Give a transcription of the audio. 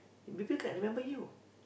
because I remember you